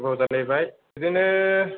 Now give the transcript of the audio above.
गोबाव जालायबाय बिदिनो